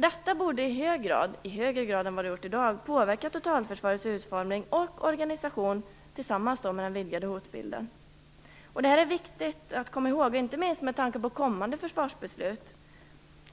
Detta borde i högre grad än i dag påverka totalförsvarets utformning och organisation, tillsammans med den vidgade hotbilden. Det här är viktigt att komma ihåg, inte minst med tanke på kommande försvarsbeslut.